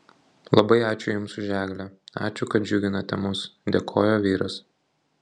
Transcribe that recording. labai ačiū jums už eglę ačiū kad džiuginate mus dėkojo vyras